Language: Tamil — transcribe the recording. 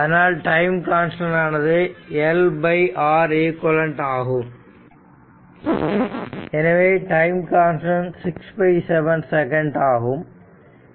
அதனால் டைம் கான்ஸ்டன்ட் ஆனது L Req ஆகும் எனவே டைம் கன்ஸ்டன்ட் 6 7 செகண்ட் ஆகும்